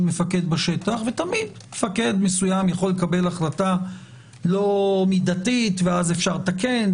מפקד בשטח ותמיד מפקד מסוים יכול לקבל החלטה לא מדתית ואז אפשר לתקן,